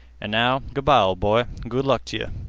an' now, good-by, ol' boy, good luck t' yeh.